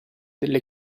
delle